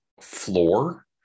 floor